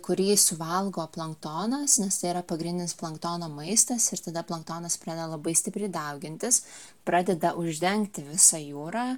kurį suvalgo planktonas nes tai yra pagrindinis planktono maistas ir tada planktonas pradeda labai stipriai daugintis pradeda uždengti visą jūrą